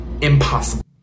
impossible